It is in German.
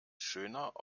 schöner